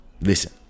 Listen